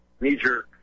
knee-jerk